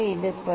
இந்த படி